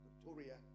Victoria